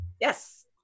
Yes